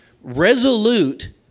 Resolute